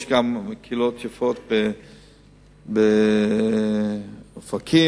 יש קהילות יפות גם באופקים,